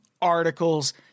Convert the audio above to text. articles